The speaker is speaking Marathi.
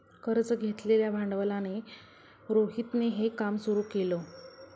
कर्ज घेतलेल्या भांडवलाने रोहितने हे काम सुरू केल